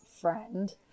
friend